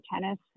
tennis